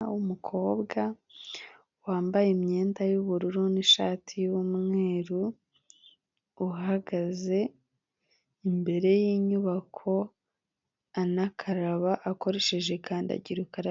Umukobwa wambaye imyenda y'ubururu n'ishati y'umweru, uhagaze imbere y'inyubako anakaraba akoresheje kandidagirukarabe.